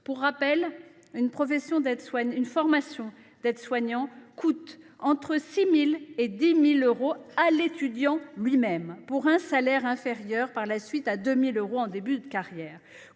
Pour rappel, une formation d’aide soignant coûte entre 6 000 euros et 10 000 euros à l’étudiant lui même, pour un salaire inférieur à 2 000 euros en début de carrière.